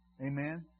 Amen